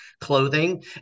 clothing